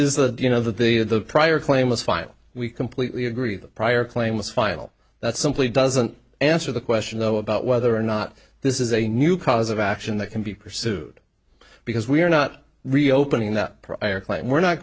that you know that they had the prior claim was final we completely agree the prior claim was final that simply doesn't answer the question though about whether or not this is a new cause of action that can be pursued because we are not reopening that prior claim we're not